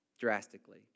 drastically